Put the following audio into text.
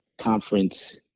conference